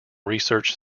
research